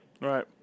Right